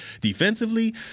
defensively